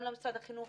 גם למשרד החינוך,